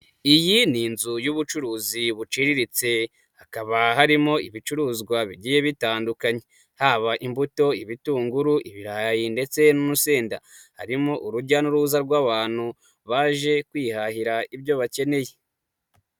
Iyi ni inzu y'ubucuruzi buciriritse, hakaba harimo ibicuruzwa bigiye bitandukanye, haba imbuto, ibitunguru, ibirayi ndetse n'urusenda, harimo urujya n'uruza rw'abantu baje kwihahira ibyo bakeneye.